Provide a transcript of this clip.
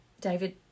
David